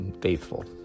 faithful